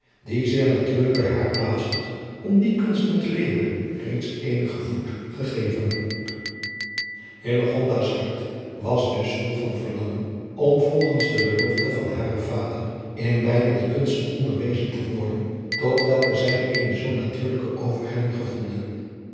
die zeer natuurlijk bij haar plaats had om die kunsten te leeren reeds eenigen voet gegeven hillegonda's hart was dus vol van verlangen om volgens de belofte van haren vader in beide die kunsten onderwezen te worden tot welke zij eene zoo natuurlijke overhelling gevoelde